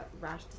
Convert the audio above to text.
rash